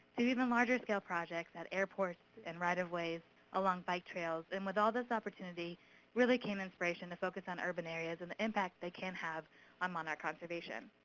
and even larger-scale projects at airports, and right-of-ways along bike trails. and with all this opportunity really came inspiration to focus on urban areas, and the impact they can have on monarch conservation.